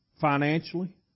Financially